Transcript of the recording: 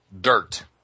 dirt